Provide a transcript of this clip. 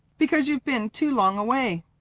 because you've been too long away.